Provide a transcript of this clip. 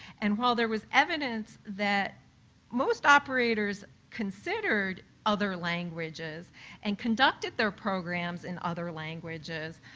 and while there was evidence that most operators considered other languages and conducted their programs in other languages,